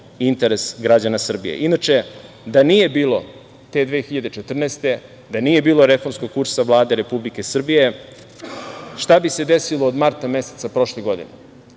interes građana Srbije. Inače, da nije bilo te 2014. godine, da nije bilo reformskog kursa Vlade Republike Srbije, šta bi se desilo od marta meseca prošle godine?